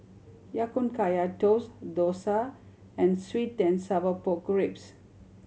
Ya Kun Kaya Toast dosa and sweet and sour pork ribs